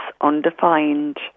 undefined